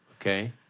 okay